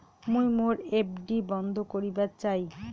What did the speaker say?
মুই মোর এফ.ডি বন্ধ করিবার চাই